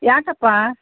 ಯಾಕಪ್ಪಾ